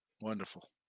Wonderful